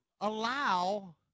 allow